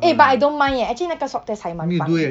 eh but I don't mind eh actually 那个 swab test 还满 fun 的